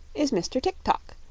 is mr. tik-tok,